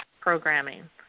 programming